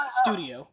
studio